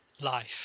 life